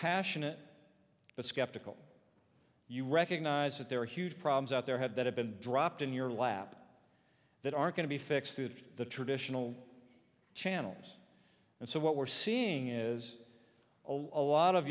passionate but skeptical you recognize that there are huge problems out there had that have been dropped in your lap that are going to be fixed to the traditional channels and so what we're seeing is a lot of